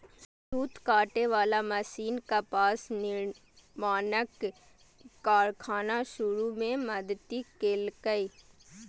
सूत काटे बला मशीन कपास निर्माणक कारखाना शुरू मे मदति केलकै